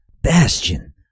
Bastion